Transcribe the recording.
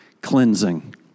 Cleansing